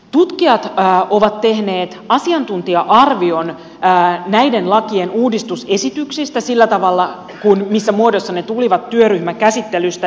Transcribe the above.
tutkijat ovat tehneet asiantuntija arvion näiden lakien uudistusesityksistä sillä tavalla missä muodossa ne tulivat työryhmäkäsittelystä